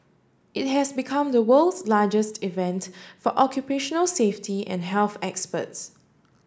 it has become the world's largest event for occupational safety and health experts